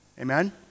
Amen